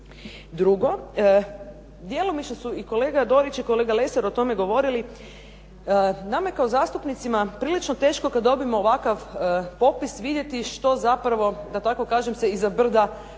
Drugo, djelomično su i kolega Dorić i kolega Lesar o tome govorili. Nama je kao zastupnicima prilično teško kad dobijemo ovakav popis, vidjeti što zapravo da tako kažem se iza brda valja,